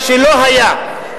מה שלא היה.